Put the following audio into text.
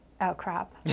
outcrop